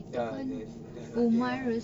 ah yes ada anak dia kan